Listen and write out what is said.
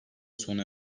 sona